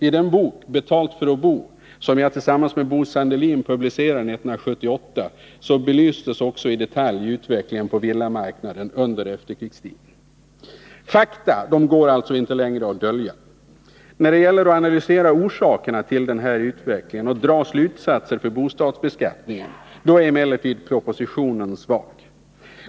I den bok, Betalt för att bo, som jag tillsammans med Bo Sandelin publicerade 1978, belystes också i detalj utvecklingen på villamarknaden under efterkrigstiden. Fakta går alltså inte längre att dölja. När det gäller att analysera orsakerna till denna utveckling och dra slutsatser för bostadsbeskattningen är emellertid propositionen svag.